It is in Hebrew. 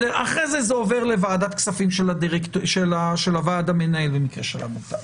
אחרי כן זה עובר לוועדת כספים של הוועד המנהל במקרה של העמותה.